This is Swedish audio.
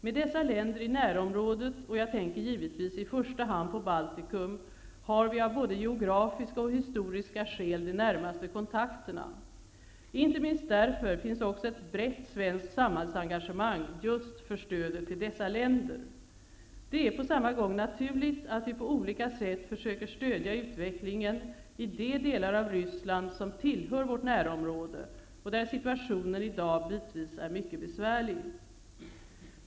Med dessa länder i närområdet, jag tänker givetvis i första hand på Baltikum, har vi både av geografiska och historiska skäl de närmaste kontakterna. Inte minst därför finns det också ett brett svenskt samhällsengagemang just för stödet till dessa länder. Det är på samma gång naturligt att vi på olika sätt försöker stödja utvecklingen i de delar av Ryssland som tillhör vårt närområde och där situationen i dag bitvis är mycket besvärlig.